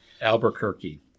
Albuquerque